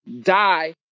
die